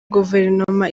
guverinoma